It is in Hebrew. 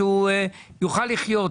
שהוא יוכל לחיות.